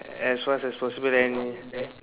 as much as possible and